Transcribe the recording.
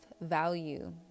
value